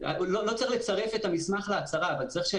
לא צריך לצרף את המסמך להצהרה אבל צריך שלפני